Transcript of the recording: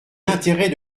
l’intérêt